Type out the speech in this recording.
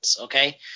okay